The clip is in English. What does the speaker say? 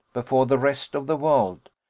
before the rest of the world.